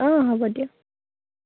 অঁ হ'ব দিয়ক